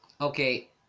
Okay